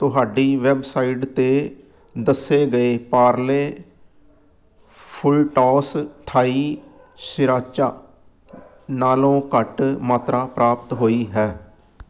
ਤੁਹਾਡੀ ਵੈੱਬਸਾਈਟ 'ਤੇ ਦੱਸੇ ਗਏ ਪਾਰਲੇ ਫੁਲਟੌਸ ਥਾਈ ਸ਼੍ਰੀਰਾਚਾ ਨਾਲੋਂ ਘੱਟ ਮਾਤਰਾ ਪ੍ਰਾਪਤ ਹੋਈ ਹੈ